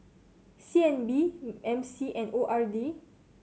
C N B M C and O R D